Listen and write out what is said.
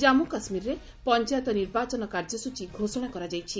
ଜନ୍ମୁ କାଶ୍ମୀରରେ ପଞ୍ଚାୟତ ନିର୍ବାଚନ କାର୍ଯ୍ୟସ୍ତଚୀ ଘୋଷଣା କରାଯାଇଛି